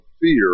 fear